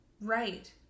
Right